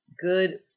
good